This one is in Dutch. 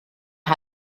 een